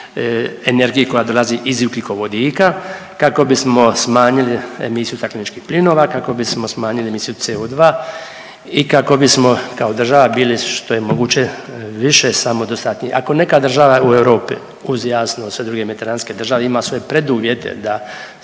energiji koja dolazi iz ugljikovodika, kako bismo smanjili emisiju stakleničkih plinova, kako bismo smanjili emisiju CO2 i kako bismo kao država bili što je moguće više samodostatni. Ako neka država u Europi uz jasno sve druge mediteranske države ima sve preduvjete da se sve više